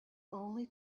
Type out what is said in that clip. only